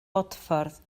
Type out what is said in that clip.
bodffordd